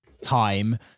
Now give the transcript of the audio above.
time